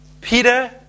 Peter